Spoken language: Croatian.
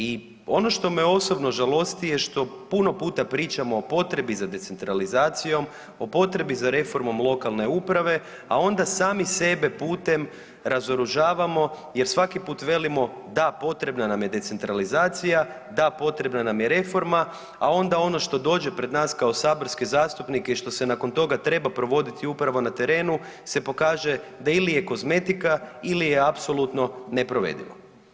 I ono što me osobno žalosti je što puno puta pričamo o potrebi za decentralizacijom, o potrebi za reformom lokalne uprave, a onda sami sebe putem razoružavamo jer svaki put velikom da, potrebna nam je decentralizacija, da potrebna nam je reforma, a onda ono što dođe pred nas kao saborske zastupnike i što se nakon toga treba provoditi u pravo na terenu se pokaže da ili je kozmetika ili je apsolutno neprovedivo.